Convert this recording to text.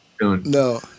No